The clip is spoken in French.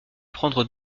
prendre